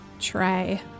Try